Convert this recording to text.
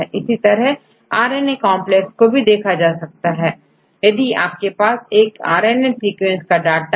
इसी तरहRNA कॉन्प्लेक्स को भी देखा जा सकता है यदि आपके पास आर एन ए सीक्वेंस का डाटा है